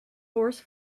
horse